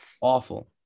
awful